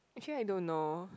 actually I don't know